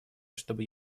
чтобы